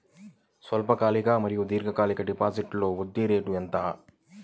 స్వల్పకాలిక మరియు దీర్ఘకాలిక డిపోజిట్స్లో వడ్డీ రేటు ఎంత?